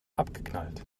abgeknallt